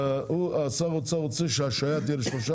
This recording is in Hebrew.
שר האוצר רוצה שההשהיה תהיה לשלושה